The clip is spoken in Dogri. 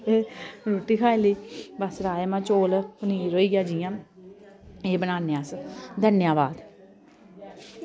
एह् रुट्टी खाई लेई बस राजमां चौल पनीर होई गेआ जियां एह् बनान्ने अस धन्यवाद